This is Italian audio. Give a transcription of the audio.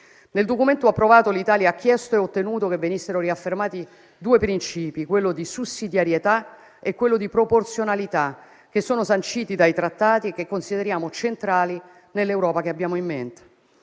Nel documento approvato, l'Italia ha chiesto e ottenuto che venissero riaffermati due principi: quello di sussidiarietà e quello di proporzionalità, che sono sanciti dai Trattati che consideriamo centrali nell'Europa che abbiamo in mente.